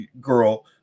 girl